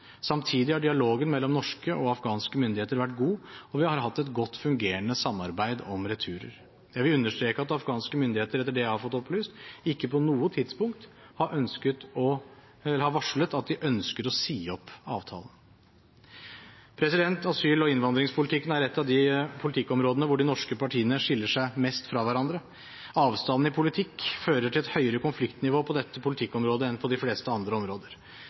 Samtidig har dialogen mellom norske og afghanske myndigheter vært god, og vi har hatt et godt fungerende samarbeid om returer. Jeg vil understreke at afghanske myndigheter etter det jeg har fått opplyst, ikke på noe tidspunkt har varslet at de ønsker å si opp avtalen. Asyl- og innvandringspolitikken er et av de politikkområdene hvor de norske partiene skiller seg mest fra hverandre. Avstanden i politikk fører til et høyere konfliktnivå på dette politikkområdet enn på de fleste andre områder.